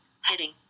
Heading